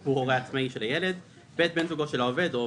הוא הורה עצמאי של הילד, בן זוגו של העובד הוא